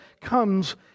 comes